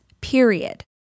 period